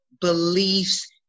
beliefs